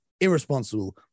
irresponsible